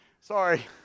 Sorry